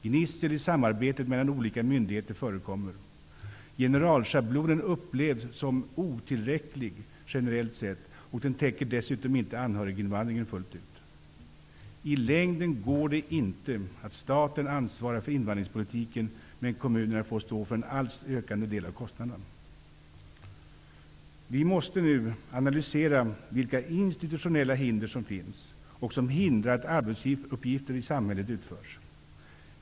Gnissel i samarbetet mellan olika myndigheter förekommer. Generalschablonen upplevs som otillräcklig generellt sett, och den täcker dessutom inte anhöriginvandringen fullt ut. I längden går det inte att staten ansvarar för invandringspolitiken, medan kommunerna får stå för en allt större, ökande del av kostnaderna. Vi måste nu analysera vilka institutionella hinder som finns, och som hindrar att arbetsuppgifter i samhället utförs.